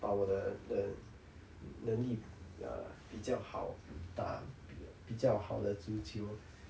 把我的的能力 err 比较好打比较好的足球